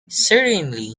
certainly